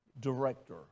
director